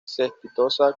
cespitosa